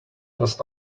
does